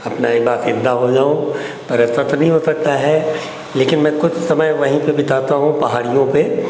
अब मैं वापिस ना जाऊं पर ऐसा तो नहीं हो सकता है लेकिन मैं कुछ समय वहीं पे बिताता हूँ पहाड़ियों पे